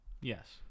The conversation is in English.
yes